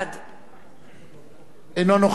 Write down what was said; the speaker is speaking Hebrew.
אינו נוכח טלב אלסאנע,